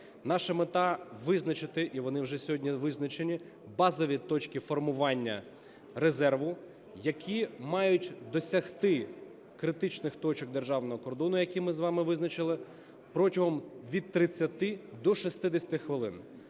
Наша мета – визначити, і вони вже сьогодні визначені, базові точки формування резерву, які мають досягти критичних точок державного кордону, які ми з вами визначили. Протягом від 30 до 60 хвилин